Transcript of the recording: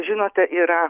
žinote yra